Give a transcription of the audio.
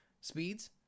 speeds